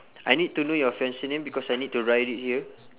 I need to know your fiancee name because I need to write it here